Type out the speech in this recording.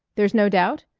there's no doubt?